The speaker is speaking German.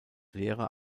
lehrer